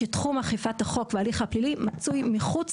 שתחום אכיפת החוק וההליך הפלילי מצוי מחוץ